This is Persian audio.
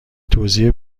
توضیح